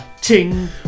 ting